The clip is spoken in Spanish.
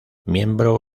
miembro